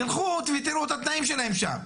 תלכו ותראו את התנאים שלהם שם.